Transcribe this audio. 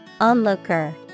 Onlooker